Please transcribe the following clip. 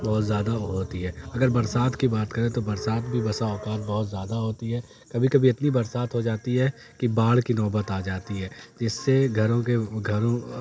بہت زیادہ ہوتی ہے اگر برسات کی بات کریں تو برسات بھی بسا اوقات بہت زیادہ ہوتی ہے کبھی کبھی اتنی برسات ہو جاتی ہے کہ باڑھ کی نوبت آ جاتی ہے جس سے گھروں کے گھروں